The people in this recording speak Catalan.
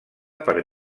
per